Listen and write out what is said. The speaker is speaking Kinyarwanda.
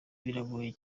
biragoye